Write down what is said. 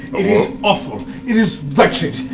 it is awful. it is wretched.